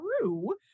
true